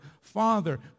Father